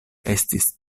estis